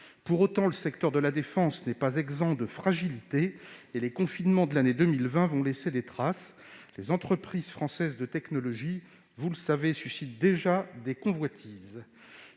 Pour autant, le secteur de la défense n'est pas exempt de fragilités et les confinements de l'année 2020 vont laisser des traces. Vous le savez, les entreprises françaises de technologies sensibles suscitent déjà les convoitises.